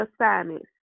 assignments